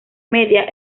media